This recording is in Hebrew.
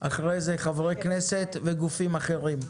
ואחרי זה תהיה התייחסות של חברי כנסת וגופים אחרים.